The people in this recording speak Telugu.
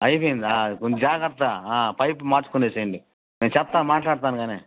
అయిపోయిందా కొంచెం జాగ్రత పైపు మార్చుకునే చెయ్యండి నేను చెప్తా మాట్లాడుతాను కానీ